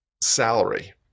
salary